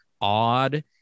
odd